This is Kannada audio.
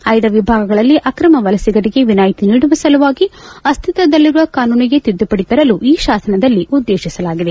ಆಯ್ದ ವಿಭಾಗಗಳಲ್ಲಿ ಆಕ್ರಮ ವಲಸಿಗರಿಗೆ ವಿನಾಯಿತಿ ನೀಡುವ ಸಲುವಾಗಿ ಅಸ್ತಿತ್ವದಲ್ಲಿರುವ ಕಾನೂನಿಗೆ ತಿದ್ದುಪಡಿ ತರಲು ಈ ಶಾಸನದಲ್ಲಿ ಉದ್ದೇಶಿಸಲಾಗಿದೆ